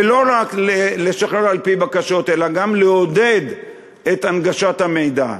ולא רק לשחרר על-פי בקשות אלא גם לעודד את הנגשת המידע.